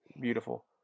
Beautiful